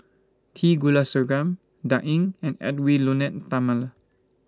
T Kulasekaram Dan Ying and Edwy Lyonet Talma